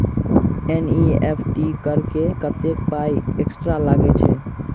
NEFT करऽ मे कत्तेक पाई एक्स्ट्रा लागई छई?